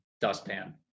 dustpan